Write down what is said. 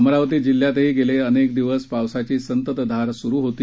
अमरावती जिल्ह्यातही गेले अनेक दिवस पावसाची संततधार सुरू होती